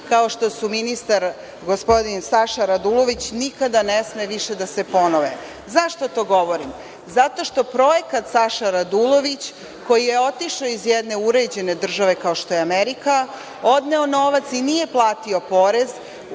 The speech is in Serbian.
kao što su ministar gospodin Saša Radulović nikada ne sme više da se ponove.Zašto to govorim? Zato što projekat Saša Radulović, koji je otišao iz jedne uređene države kao što je Amerika, odneo novac i nije platio porez,